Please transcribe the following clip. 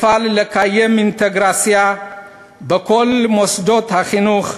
אפעל לקיים אינטגרציה בכל מוסדות החינוך,